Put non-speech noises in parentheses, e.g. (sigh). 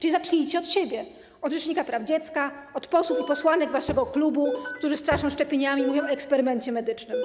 Zacznijcie od siebie, od rzecznika praw dziecka, od posłów i posłanek (noise) waszego klubu, którzy straszą szczepieniami i mówią o eksperymencie medycznym.